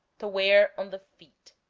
to wear on the feet.